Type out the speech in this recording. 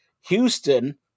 Houston